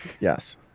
yes